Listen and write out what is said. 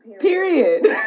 period